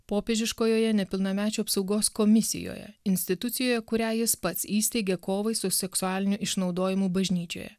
popiežiškojoje nepilnamečių apsaugos komisijoje institucijoje kurią jis pats įsteigė kovai su seksualiniu išnaudojimu bažnyčioje